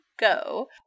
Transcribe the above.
go